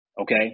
okay